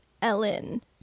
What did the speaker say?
ellen